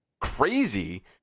crazy